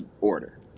order